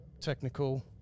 technical